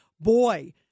boy